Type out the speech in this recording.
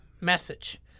message